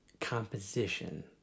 composition